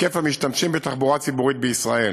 בהיקף המשתמשים בתחבורה הציבורית בישראל,